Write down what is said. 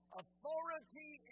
authority